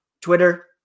Twitter